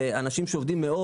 באנשים שעובדים מאוד,